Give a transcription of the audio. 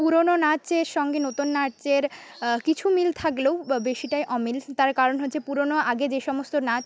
পুরোনো নাচের সঙ্গে নতুন নাচের কিছু মিল থাকলেও বেশিটাই অমিল তার কারণ হচ্ছে পুরোনো আগে যে সমস্ত নাচ